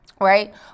Right